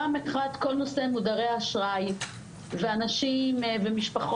פעם אחת כל נושא מודרי האשראי ואנשים ומשפחות